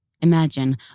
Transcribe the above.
Imagine